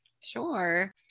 Sure